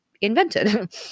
invented